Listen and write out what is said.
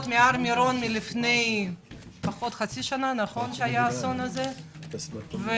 מהאסון בהר מירון ולפי איך שזה נראה,